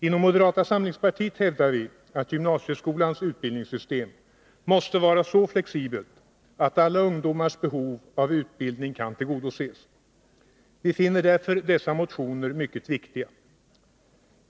Inom moderata samlingspartiet hävdar vi att gymnasieskolans utbildningssystem måste vara så flexibelt att alla ungdomars behov av utbildning kan tillgodoses. Vi finner därför dessa motioner mycket viktiga.